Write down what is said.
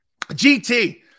GT